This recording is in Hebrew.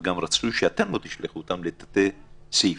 וגם רצוי שאתם לא תשלחו אותם לתתי סעיפים.